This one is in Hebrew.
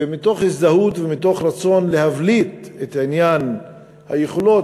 ומתוך הזדהות ומתוך רצון להבליט את עניין היכולות